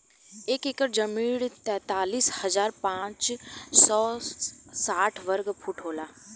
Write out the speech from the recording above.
एक एकड़ जमीन तैंतालीस हजार पांच सौ साठ वर्ग फुट होला